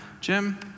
Jim